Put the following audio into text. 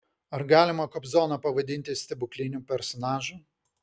ar galima kobzoną pavadinti stebukliniu personažu